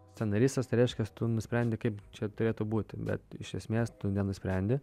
scenaristas tai reiškias tu nusprendi kaip čia turėtų būti bet iš esmės tu nenusprendi